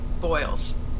boils